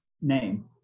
name